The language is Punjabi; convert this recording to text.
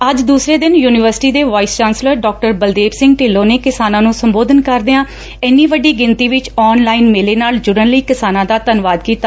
ਅੱਜ ਦੂਸਰੇ ਦਿਨ ਯੂਨੀਵਰਸਿਟੀ ਦੇ ਵਾਇਸ ਚਾਂਸਲਰ ਡਾ ਬਲਦੇਵ ਸਿੰਘ ਢਿੱਲੋਂ ਨੇ ਕਿਸਾਨਾਂ ਨੂੰ ਸੰਬੋਧਨ ਕਰਦਿਆਂ ਐਨੀ ਵੱਡੀ ਗਿਣਤੀ ਵਿਚ ਆਨ ਲਈਨ ਮੇਲੇ ਨਾਲ ਜੁਤਨ ਲਈ ਕਿਸਾਨਾਂ ਦਾ ਧੰਨਵਾਦ ਕੀਤਾ